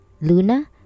Luna